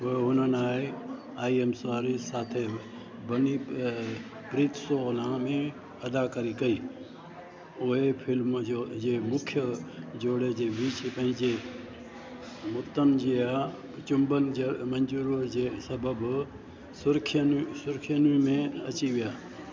पोए हुननि I am sorry माथे बन्नी प्रीत्सोना में अदाकारी कई उहे फ़िल्म जे मुख्य जोड़े जे विच पंहिंजे मुतनाज़िया चुंबन मंजूर जे सबबु सुर्खियन सुर्खियनि में अची विया